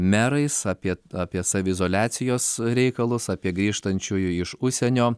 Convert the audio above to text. merais apie apie saviizoliacijos reikalus apie grįžtančiųjų iš užsienio